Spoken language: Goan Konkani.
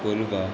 कोलवा